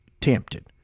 tempted